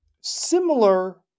similar